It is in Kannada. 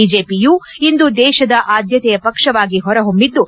ಬಿಜೆಪಿಯು ಇಂದು ದೇಶದ ಆದ್ಯತೆಯ ಪಕ್ಷವಾಗಿ ಹೊರಹೊಮ್ಮಿದ್ದು